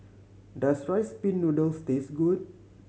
does Rice Pin Noodles taste good